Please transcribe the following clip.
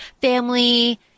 family